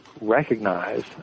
recognize